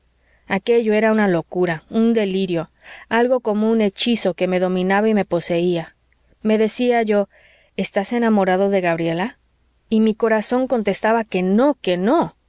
aquello era una locura un delirio algo como un hechizo que me dominaba y me poseía me decía yo estás enamorado de gabriela y mi corazón contestaba que no que no